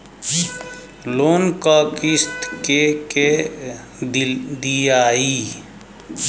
Loan क किस्त के के दियाई?